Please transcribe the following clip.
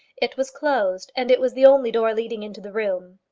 it was closed, and it was the only door leading into the room.